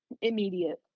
immediate